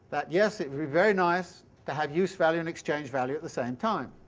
that yes, it'd be very nice to have use-value and exchange-value at the same time.